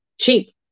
cheap